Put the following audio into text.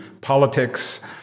politics